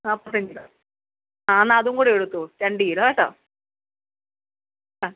നാൽപ്പത്തഞ്ച് രൂപ ആ എന്നാൽ അതുംകൂടെ എടുത്തോ രണ്ട് കിലോ കേട്ടോ ആ